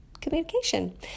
communication